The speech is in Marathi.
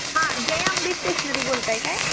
हां जय आंबे स्टेशनरी बोलत आहे काय